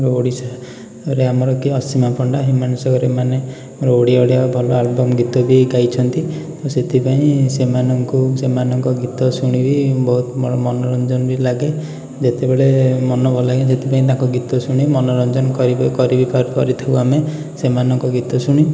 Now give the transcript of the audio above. ଓଡ଼ିଶାରେ ଆମର କିଏ ଅସୀମା ପଣ୍ଡା ହ୍ୟୁମାନ ସାଗର ଏମାନେ ଆମର ଓଡ଼ିଆ ଓଡ଼ିଆ ଭଲ ଆଲବମ୍ ଗୀତ ବି ଗାଇଛନ୍ତି ତ ସେଥିପାଇଁ ସେମାନଙ୍କୁ ସେମାନଙ୍କ ଗୀତ ଶୁଣି ବି ବହୁତ ମୋର ମନୋରଞ୍ଜନ ବି ଲାଗେ ଯେତେବେଳେ ମନ ଭଲ ଲାଗେନି ସେଥିପାଇଁ ତାଙ୍କ ଗୀତ ଶୁଣି ମନୋରଞ୍ଜନ କରିବି କରିବି ପାରୁ କରିଥାଉ ଆମେ ସେମାନଙ୍କ ଗୀତ ଶୁଣି